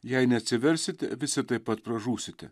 jei neatsiversit visi taip pat pražūsite